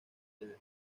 sede